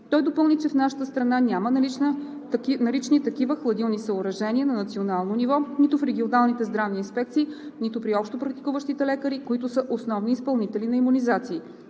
Той допълни, че в нашата страна няма налични такива хладилни съоръжения на национално ниво – нито в регионалните здравни инспекции, нито при общопрактикуващите лекари, които са основни изпълнители на имунизации.